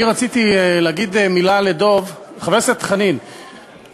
אני רציתי להגיד מילה לדב: חבר הכנסת חנין,